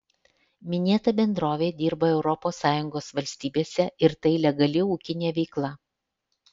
minėta bendrovė dirba europos sąjungos valstybėse ir tai legali ūkinė veikla